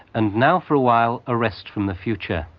and now for a while a rest from the future,